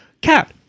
Cat